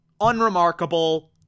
unremarkable